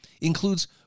includes